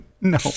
no